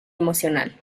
emocional